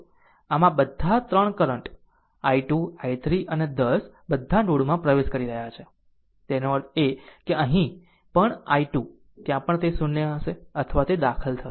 આમ આ બધા 3 કરંટ i2 i3 અને 10 બધા નોડ માં પ્રવેશ કરી રહ્યાં છે તેનો અર્થ એ કે અહીં પણ i2 ત્યાં પણ તે 0 હશે અથવા તે દાખલ થશે